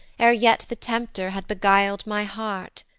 e'er yet the tempter had beguil d my heart,